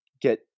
get